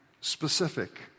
specific